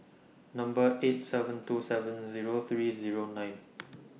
Number eight seven two seven Zero three Zero nine